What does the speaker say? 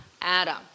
Adam